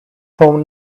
phone